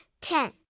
ten